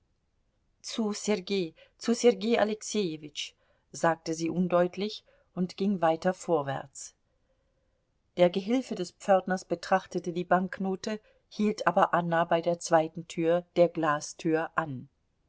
zu sergei zu sergei alexejewitsch sagte sie undeutlich und ging weiter vorwärts der gehilfe des pförtners betrachtete die banknote hielt aber anna bei der zweiten tür der glastür an